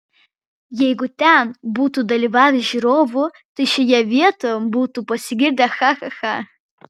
jeigu ten būtų dalyvavę žiūrovų tai šioje vietoje būtų pasigirdę cha cha cha